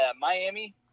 miami